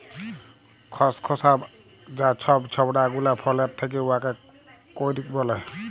খসখসা যা ছব ছবড়া গুলা ফলের থ্যাকে উয়াকে কইর ব্যলে